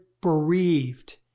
bereaved